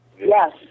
Yes